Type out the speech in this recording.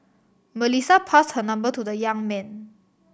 Melissa passed her number to the young man